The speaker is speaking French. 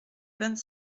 vingt